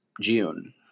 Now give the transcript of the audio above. June